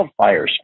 wildfires